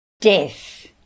Death